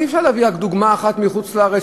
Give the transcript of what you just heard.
אי-אפשר להביא רק דוגמה אחת מחוץ-לארץ,